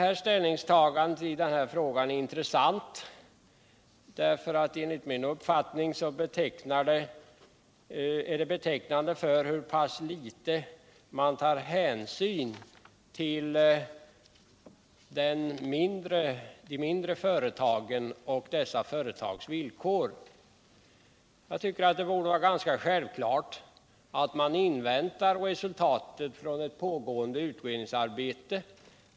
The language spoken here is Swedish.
Detta ställningstagande är intressant, för enligt min bedömning är det betecknande för hur pass litet man tar hänsyn till de mindre företagen och dessa företags villkor. Det borde vara ganska självklart att man inväntar resultatet från ett pågående utredningsarbete.